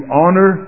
honor